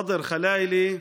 ח'אדר ח'לאילה,